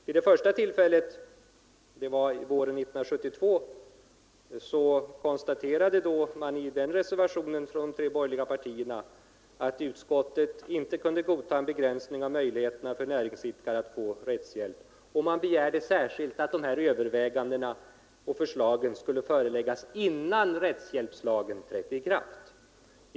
Vid det första tillfället, våren 1972, konstaterades i reservationen från de tre borgerliga partierna att man inte kunde godta en begränsning av möjligheterna för näringsidkare att få rättshjälp, och man begärde särskilt att de här övervägandena och förslagen skulle föreläggas riksdagen innan rättshjälpslagen trädde i kraft.